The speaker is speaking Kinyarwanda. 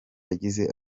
yagize